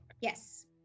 Yes